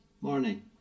morning